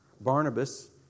Barnabas